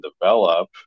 develop